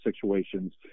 situations